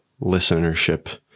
listenership